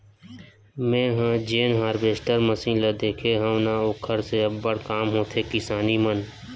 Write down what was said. मेंहा जेन harvester machine ल देखे हव न ओखर से अब्बड़ काम होथे किसानी मन